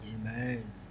Amen